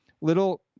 little